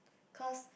cause